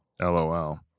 LOL